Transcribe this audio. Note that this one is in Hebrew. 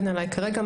אין עליי כרגע.